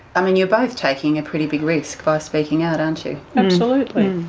i mean, you're both taking a pretty big risk by speaking out, aren't you? absolutely.